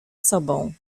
sobą